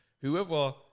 whoever